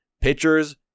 pitchers